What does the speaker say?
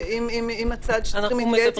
שאם הצד שצריכים להתייעץ איתו מסכל את החובה